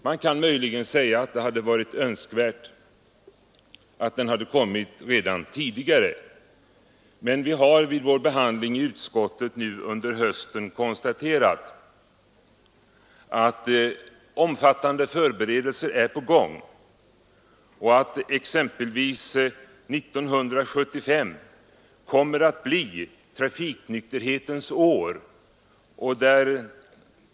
Man kan möjligen säga att det hade varit önskvärt att verksamheten kommit till stånd redan tidigare, men vi har vid vår behandling av frågan i utskottet nu under hösten konstaterat att omfattande förberedelser är på gång — 1975 kommer exempelvis att bli trafiknykterhetens år.